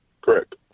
Correct